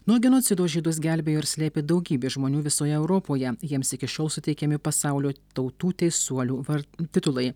nuo genocido žydus gelbėjo ir slėpė daugybė žmonių visoje europoje jiems iki šiol suteikiami pasaulio tautų teisuolių var titulai